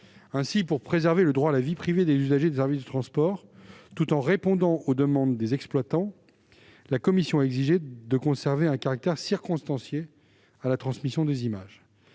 lors, pour préserver le droit à la vie privée des usagers des services de transport, tout en répondant aux demandes des exploitants, la commission a exigé de conserver un caractère circonstancié à la transmission des images.